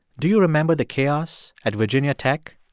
do you remember the chaos at virginia tech?